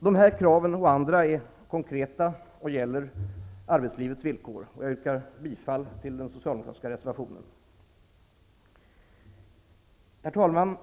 Dessa krav och andra är konkreta och gäller arbetslivets villkor, och jag yrkar bifall till den socialdemokratiska reservationen. Herr talman!